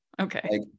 okay